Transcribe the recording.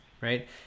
right